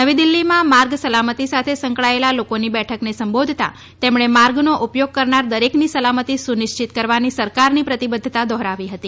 નવી દિલ્ફીમાં માર્ગ સલામતી સાથે સંકળાયેલા લોકોની બેઠકને સંબોધતા તેમણે માર્ગનો ઉપયોગ કરનાર દરેકની સલામતી સુનિશ્ચિત કરવાની સરકારની પ્રતિબદ્વતા દોહરાવી હતી